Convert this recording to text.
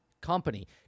company